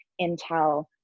intel